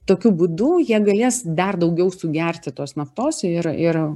tokiu būdu jie galės dar daugiau sugerti tos naftos ir ir